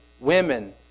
women